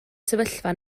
sefyllfa